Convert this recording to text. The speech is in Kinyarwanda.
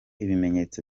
ibimenyetso